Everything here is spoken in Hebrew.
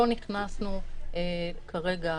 לא נכנסנו כרגע